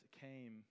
came